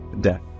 death